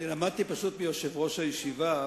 אני למדתי מיושב-ראש הישיבה,